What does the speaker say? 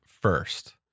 first